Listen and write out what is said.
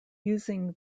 using